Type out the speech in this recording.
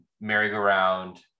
Merry-Go-Round